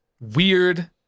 weird